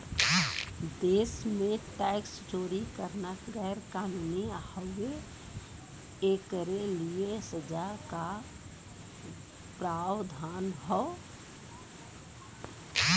देश में टैक्स चोरी करना गैर कानूनी हउवे, एकरे लिए सजा क प्रावधान हौ